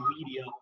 media